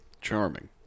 charming